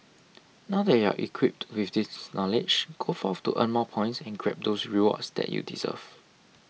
now they have equipped with this knowledge go forth to earn more points and grab those rewards that you deserve